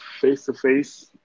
face-to-face